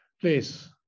Please